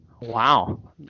Wow